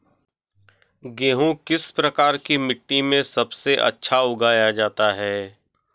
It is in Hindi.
गेहूँ किस प्रकार की मिट्टी में सबसे अच्छा उगाया जाता है?